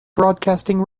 broadcasting